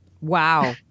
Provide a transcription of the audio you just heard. wow